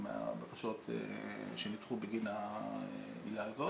מהבקשות שנדחו בגין העילה הזאת.